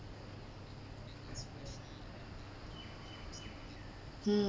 hmm